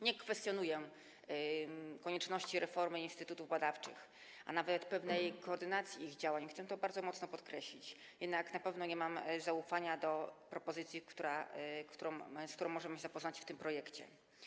Nie kwestionuję konieczności reformy instytutów badawczych, a nawet pewnej koordynacji ich działań - chcę to bardzo mocno podkreślić - jednak na pewno nie mam zaufania do propozycji, która została przedstawiona w tym projekcie.